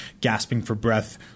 gasping-for-breath